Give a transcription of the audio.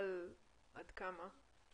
מוגבלת עד כמה?